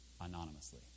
anonymously